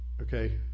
Okay